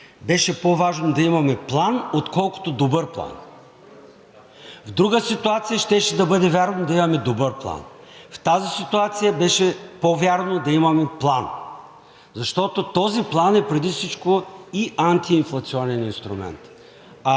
беше по-важно да имаме план, отколкото добър план. В друга ситуация щеше да бъде вярно да имаме добър план. В тази ситуация беше по-вярно да имаме план, защото този план е преди всичко и антиинфлационен инструмент.